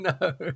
No